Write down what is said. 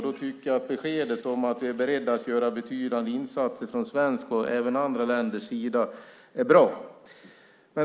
Då tycker jag att beskedet att vi är beredda att göra betydande insatser från svensk och även från andra länders sida är bra.